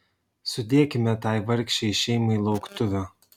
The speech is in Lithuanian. sudėkime tai vargšei šeimai lauktuvių